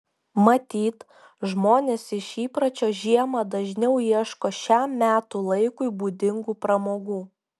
matyt žmonės iš įpročio žiemą dažniau ieško šiam metų laikui būdingų pramogų